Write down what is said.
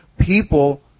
people